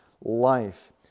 life